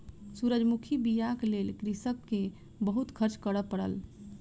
सूरजमुखी बीयाक लेल कृषक के बहुत खर्च करअ पड़ल